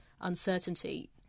uncertainty